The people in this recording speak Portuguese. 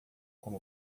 como